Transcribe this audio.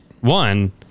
one